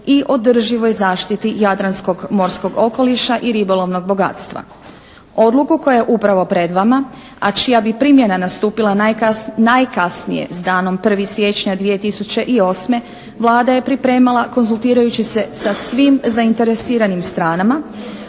i održivoj zaštiti Jadranskog morskog okoliša i ribolovnog bogatstva. Odluku koja je upravo pred vama, a čija bi primjena nastupila najkasnije s danom 1. siječnja 2008. Vlada je pripremala konzultirajući se sa svim zainteresiranim stranama,